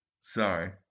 Sorry